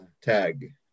tag